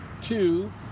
Two